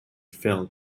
film